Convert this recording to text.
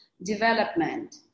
Development